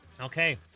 Okay